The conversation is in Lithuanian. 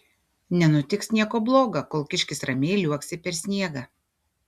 nenutiks nieko bloga kol kiškis ramiai liuoksi per sniegą